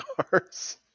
cars